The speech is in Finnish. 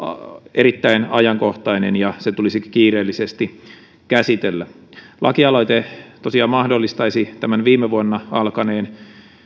erittäin ajankohtainen ja se tulisikin kiireellisesti käsitellä lakialoite tosiaan mahdollistaisi viime vuonna alkaneen